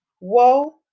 woe